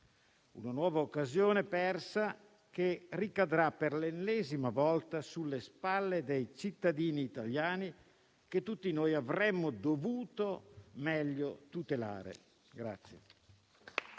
una nuova occasione persa che ricadrà per l'ennesima volta sulle spalle dei cittadini italiani, che tutti noi avremmo dovuto meglio tutelare.